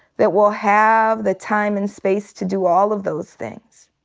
that we'll have the time and space to do all of those things.